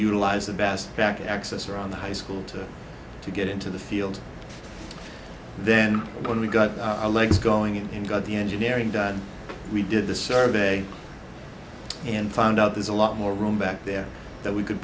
utilize the bass track access around the high school to to get into the field then when we got our legs going in and got the engineering done we did the survey and found out there's a lot more room back there that we could